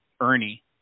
Ernie